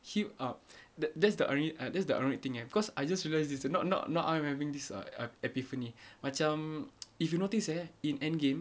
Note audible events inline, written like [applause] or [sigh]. keep up that that's the iro~ that's the ironic thing eh cause I just realised this no~ no~ now I'm having this uh eh epiphany macam [noise] if you notice eh in endgame